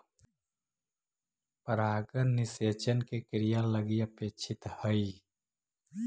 परागण निषेचन के क्रिया लगी अपेक्षित हइ